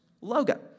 logo